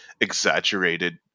exaggerated